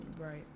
Right